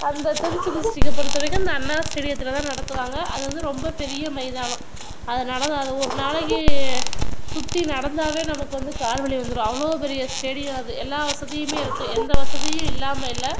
அந்த திருச்சி டிஸ்டிக்கை பொறுத்தவரைக்கும் அந்த அண்ணா ஸ்டேடியத்தில்தான் நடத்துவாங்க அது வந்து ரொம்ப பெரிய மைதானம் அதனால அது ஒரு நாளைக்கு சுற்றி நடந்தாவே நமக்கு வந்து கால் வலி வந்துடும் அவ்வளோ பெரிய ஸ்டேடியம் அது எல்லா வசதியுமே இருக்குது எந்த வசதியும் இல்லாமல் இல்லை